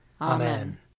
Amen